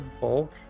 bulk